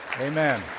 Amen